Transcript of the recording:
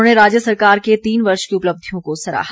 उन्होंने राज्य सरकार के तीन वर्ष की उपलब्धियों को सराहा